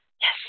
Yes